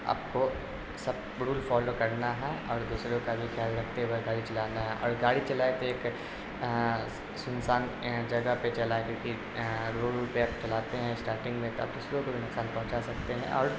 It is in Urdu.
آپ کو سب رول فالو کرنا ہے اور دوسروں کا بھی خیال رکھتے ہوئے گاڑی چلانا ہے اور گاڑی چلائے تو ایک سنسان جگہ پہ چلائیں کیونکہ روڈ ووڈ پہ آپ چلاتے ہیں اسٹارٹنگ میں تو آپ دوسروں کو بھی نقصان پہنچا سکتے ہیں اور